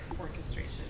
orchestration